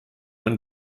man